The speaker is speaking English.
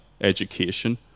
education